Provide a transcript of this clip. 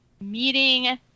meeting